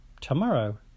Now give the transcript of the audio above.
tomorrow